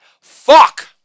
Fuck